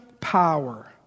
power